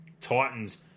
Titans